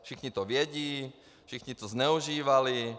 Všichni to vědí, všichni to zneužívali.